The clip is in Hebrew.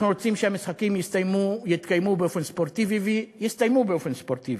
אנחנו רוצים שהמשחקים יתקיימו באופן ספורטיבי ויסתיימו באופן ספורטיבי.